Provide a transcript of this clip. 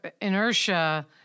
inertia